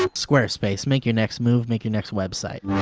um square space make your next move make your next website